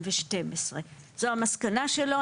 זו המסקנה שלו,